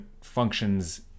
functions